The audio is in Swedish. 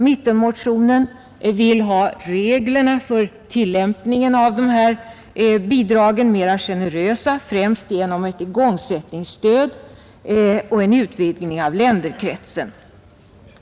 Mittenmotionen vill ha reglerna för tillämpningen av dessa bidrag mera generösa, främst genom ett igångsättningsstöd och en utvidgning av länderkretsen.